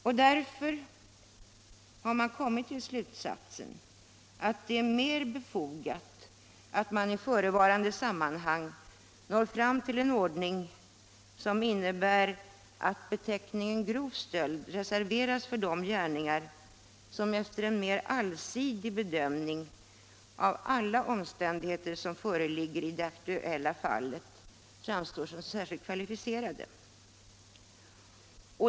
Och därför har man kommit till den slutsatsen att det är mer befogat att i förevarande sammanhang nå fram till en ordning som innebär att beteckningen ”grov stöld” reserveras för de gärningar som — efter en mer allsidig bedömning av alla omständigheter som föreligger i det aktuella fallet — framstår som särskilt kvalificerade.